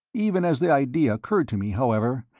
even as the idea occurred to me, however,